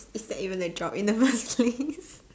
is that even a job in the first place